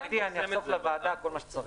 המשפטי אני אחשוף לוועדה כל מה שצריך.